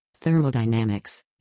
thermodynamics